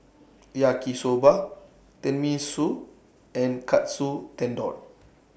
Yaki Soba Tenmusu and Katsu Tendon